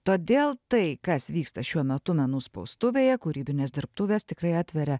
todėl tai kas vyksta šiuo metu menų spaustuvėje kūrybinės dirbtuvės tikrai atveria